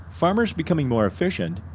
farmers becoming more efficient,